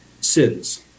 sins